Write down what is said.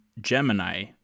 Gemini